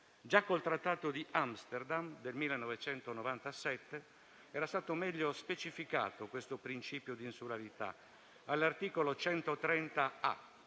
Già con il Trattato di Amsterdam del 1997 era stato meglio specificato questo principio di insularità, all'articolo 130